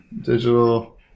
digital